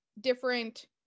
different